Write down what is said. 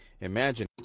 Imagine